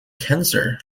cancer